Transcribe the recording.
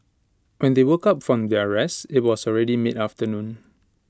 when they woke up from their rest IT was already mid afternoon